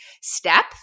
step